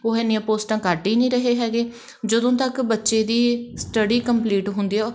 ਉਹ ਇੰਨੀਆਂ ਪੋਸਟਾਂ ਕੱਢ ਹੀ ਨਹੀਂ ਰਹੇ ਹੈਗੇ ਜਦੋਂ ਤੱਕ ਬੱਚੇ ਦੀ ਸਟੱਡੀ ਕੰਪਲੀਟ ਹੁੰਦੀ ਹੈ